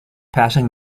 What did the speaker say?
passing